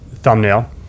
thumbnail